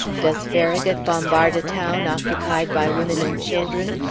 does farragut bombard a town occupied by women and children,